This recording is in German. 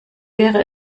wäre